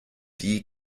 die